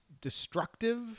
destructive